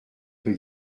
peu